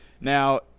now